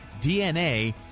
DNA